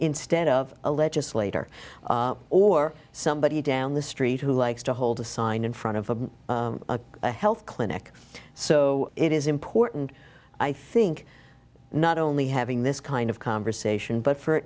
instead of a legislator or somebody down the street who likes to hold a sign in front of a health clinic so it is important i think not only having this kind of conversation but for